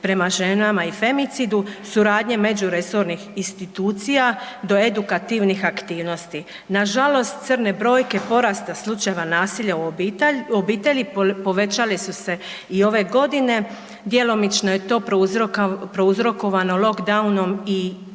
prema ženama i femicidu, suradnju međuresornih institucija do edukativnih aktivnosti. Nažalost, crne brojne porasta slučajeva nasilja u obitelji povećali su se i ove godine. Djelomično je to prouzrokovano lockdownom i